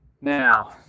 Now